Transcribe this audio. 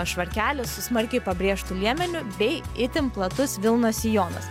švarkelis su smarkiai pabrėžtu liemeniu bei itin platus vilnos sijonas